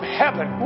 heaven